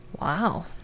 Wow